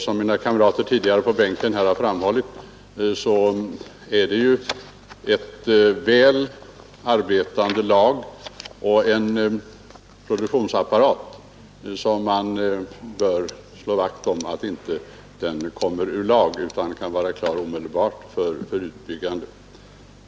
Som mina kamrater på Skaraborgsbänken tidigare framhållit gäller det ett väl fungerande arbetslag och en produktionsapparat som man bör slå vakt om, så att den inte kommer i olag utan omedelbart kan träda i verksamhet vid en utbyggnad.